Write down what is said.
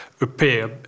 appear